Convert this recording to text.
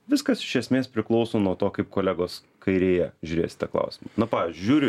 viskas iš esmės priklauso nuo to kaip kolegos kairėje žiūrės į tą klausimą na pavyzdžiui žiūriu